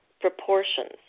proportions